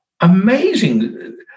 amazing